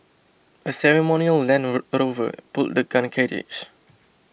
a ceremonial Land a Rover pulled the gun carriage